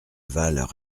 valent